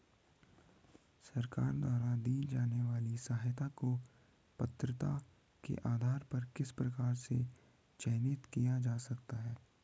सरकार द्वारा दी जाने वाली सहायता को पात्रता के आधार पर किस प्रकार से चयनित किया जा सकता है?